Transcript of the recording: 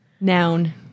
Noun